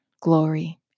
glory